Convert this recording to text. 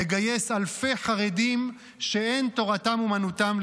לגייס לצה"ל אלפי חרדים שאין תורתם אומנותם.